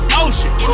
ocean